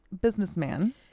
businessman